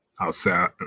outside